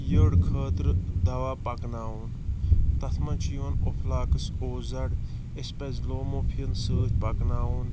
یٔڑۍ خٲطرٕ دَوا پَکناوُن تُتھ مَنٛز چھُ یِوان اوٚفلاکِس او زَڑ أسہِ پَزِ لوموفِن سۭتۍ پَکناوُن